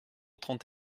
trente